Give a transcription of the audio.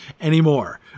anymore